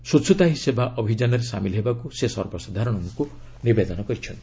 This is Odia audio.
ସ୍ୱଚ୍ଛତା ହିଁ ସେବା ଅଭିଯାନରେ ସାମିଲ୍ ହେବାକୁ ସେ ସର୍ବସାଧାରଣଙ୍କୁ ନିବେଦନ କରିଛନ୍ତି